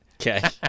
Okay